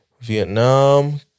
Vietnam